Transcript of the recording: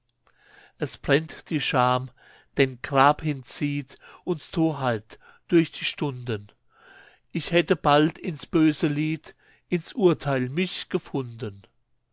es brennt die scham denn grabhin zieht uns torheit durch die stunden ich hätte bald ins böse lied ins urteil mich gefunden